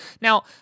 now